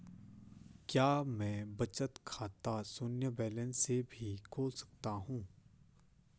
क्या मैं बचत खाता शून्य बैलेंस से भी खोल सकता हूँ?